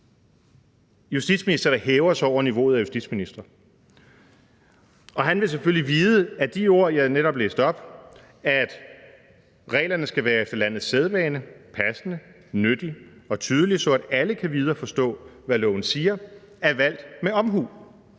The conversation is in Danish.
justitsminister, der hæver sig over niveauet af justitsministre, og han vil selvfølgelig vide, at de ord, jeg netop læste op – at reglerne efter landets sædvane skal være »passende, nyttige og tydelige, så alle kan vide og forstå, hvad loven siger« – er valgt med omhu.